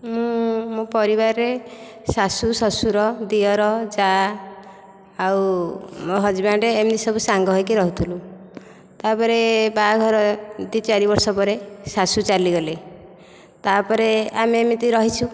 ମୁଁ ମୋ ପରିବାରରେ ଶାଶୁ ଶ୍ୱଶୁର ଦିଅର ଯାଆ ଆଉ ମୋ ହଜ୍ବ୍ୟାଣ୍ଡ ଏମିତି ସବୁ ସାଙ୍ଗ ହୋଇକି ରହୁଥିଲୁ ତା'ପରେ ବାହାଘର ଦୁଇ ଚାରି ବର୍ଷ ପରେ ଶାଶୁ ଚାଲିଗଲେ ତା'ପରେ ଆମେ ଏମିତି ରହିଛୁ